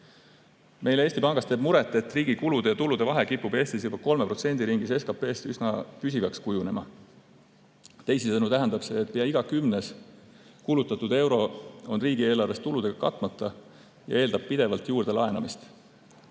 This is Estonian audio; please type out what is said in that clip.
Meile Eesti Pangas teeb muret, et riigi kulude ja tulude vahe on Eestis juba 3% ringis SKP‑st ja kipub üsna püsivaks kujunema. Teisisõnu tähendab see, et pea iga kümnes kulutatud euro on riigieelarves tuludega katmata, ja see eeldab pidevalt juurde laenamist.